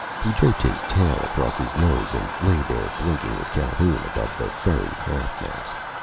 he draped his tail across his nose and lay there, blinking at calhoun above the furry half-mask.